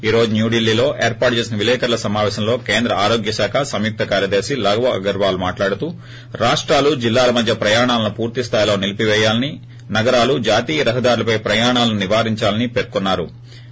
ఈ రోజు న్యూఢిల్లీలో ఏర్పాటు చేసిన విలేకర్ల సమాపేశంలో కేంద్ర ఆరోగ్య శాఖ సంయుక్త కార్యదర్శి లవ్ అగర్వాల్ మాట్లాడుతూ రాష్టాలు జిల్లాల మధ్య ప్రయాణాలను పూర్తి స్థాయిలో నిలీపి పేయాలని నగరాలు జాతీయ రహదారులపై ప్రయాణాలను నివారించాలని పేర్కొన్నారు